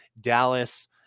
Dallas